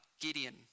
Gideon